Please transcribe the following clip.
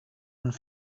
und